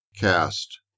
Cast